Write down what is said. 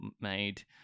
made